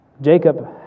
Jacob